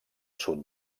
sud